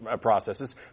processes